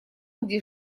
где